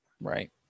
Right